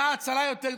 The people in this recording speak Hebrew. הייתה הצעה יותר,